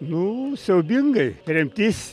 nu siaubingai tremtis